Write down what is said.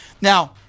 Now